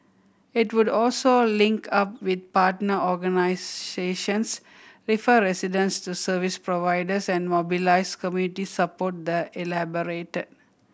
it would also link up with partner organisations refer residents to service providers and mobilise community support the elaborated